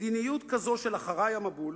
מדיניות כזו של "אחרי המבול",